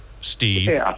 Steve